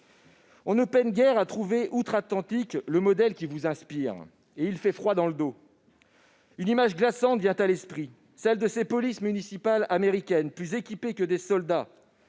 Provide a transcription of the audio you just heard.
On ne peine guère à trouver outre-Atlantique le modèle qui vous inspire, et il fait froid dans le dos ! Une image glaçante vient à l'esprit : celle de ces polices municipales américaines, plus équipées que des soldats,